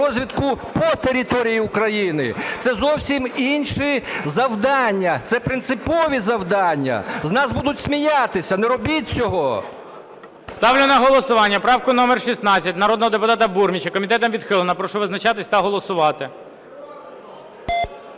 розвідку по території України. Це зовсім інші завдання, це принципові завдання. З нас будуть сміятися, не робіть цього! ГОЛОВУЮЧИЙ. Ставлю на голосування правку номер 16 народного депутата Бурміча. Комітетом відхилена. Прошу визначатися та голосувати.